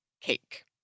cake